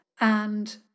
And